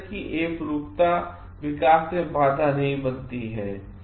इस तरह की एकरूपता विकास में बाधा नहीं बनती है